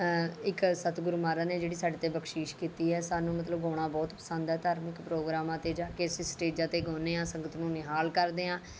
ਇੱਕ ਸਤਗੁਰ ਮਹਾਰਾਜ ਨੇ ਜਿਹੜੀ ਸਾਡੇ 'ਤੇ ਬਖਸ਼ਿਸ਼ ਕੀਤੀ ਹੈ ਸਾਨੂੰ ਮਤਲਬ ਗਾਉਣਾ ਬਹੁਤ ਪਸੰਦ ਹੈ ਧਾਰਮਿਕ ਪ੍ਰੋਗਰਾਮਾਂ 'ਤੇ ਜਾ ਕੇ ਅਸੀਂ ਸਟੇਜਾਂ 'ਤੇ ਗਾਉਂਦੇ ਹਾਂ ਸੰਗਤਾਂ ਨੂੰ ਨਿਹਾਲ ਕਰਦੇ ਹਾਂ